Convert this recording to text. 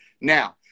now